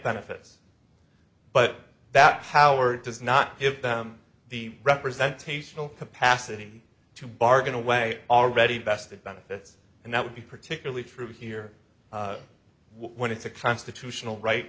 benefits but that howard does not give them the representation capacity to bargain away already vested benefits and that would be particularly true here when it's a constitutional right